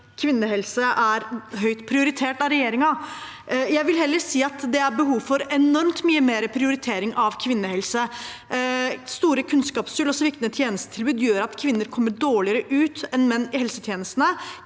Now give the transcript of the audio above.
kvinnehelse er høyt prioritert av regjeringen. Jeg vil heller si at det er behov for enormt mye mer prioritering av kvinnehelse. Store kunnskapshull og sviktende tjenestetilbud gjør at kvinner kommer dårligere ut enn menn i helsetjenestene.